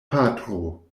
patro